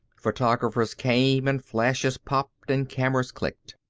photographers came and flashes popped and cameras clicked.